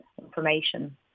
information